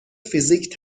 فیزیک